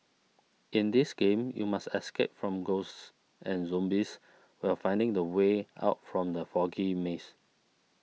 in this game you must escape from ghosts and zombies while finding the way out from the foggy maze